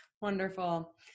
Wonderful